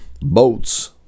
boats